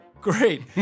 Great